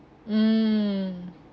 mm